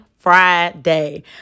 Friday